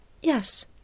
Yes